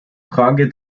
frage